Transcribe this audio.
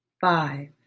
five